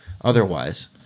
otherwise